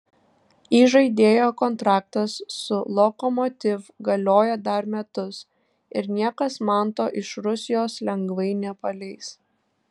įžaidėjo kontraktas su lokomotiv galioja dar metus ir niekas manto iš rusijos lengvai nepaleis